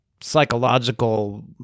psychological